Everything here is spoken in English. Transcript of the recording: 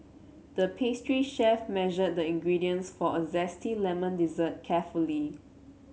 the pastry chef measured the ingredients for a zesty lemon dessert carefully